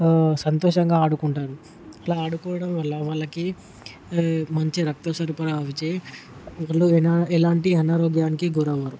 సంతోషంగా ఆడుకుంటారు ఇట్లా ఆడుకోవడం వల్ల వాళ్లకి మంచి రక్త సరఫరాచే ఎలాంటి ఆరోగ్యానికి గురవ్వరు